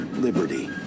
liberty